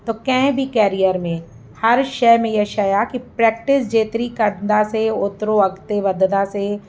त कंहिं बि केरिअर में हर शइ में इहा शइ आहे कि प्रेक्टिस जेतिरी कंदासीं ओतिरो अॻिते वधंदासीं